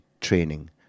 training